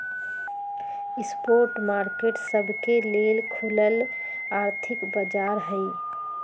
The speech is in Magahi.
स्पॉट मार्केट सबके लेल खुलल आर्थिक बाजार हइ